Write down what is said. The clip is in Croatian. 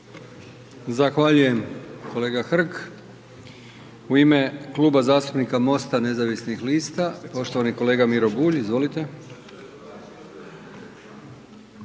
Zahvaljujem poštovanoj kolegici. U ime Kluba zastupnika Mosta nezavisnih lista, poštovani kolega Robert Podolnjak, izvolite.